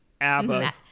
ABBA